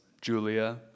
Julia